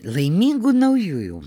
laimingų naujųjų